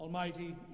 Almighty